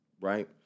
right